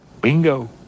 Bingo